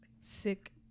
sick